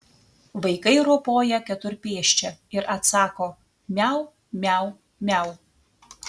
vaikai ropoja keturpėsčia ir atsako miau miau miau